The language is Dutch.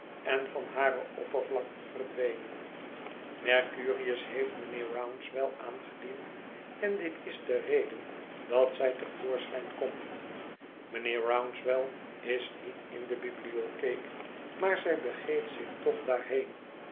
en van hare oppervlakte verdwenen mercurius heeft mijnheer rouncewell aangediend én dit is de reden dat zij te voorschijn komt mijnheer rouncewell is niet in de bibliotheek maar zij begeeft zich toch daarheen